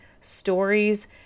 stories